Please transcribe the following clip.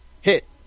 hit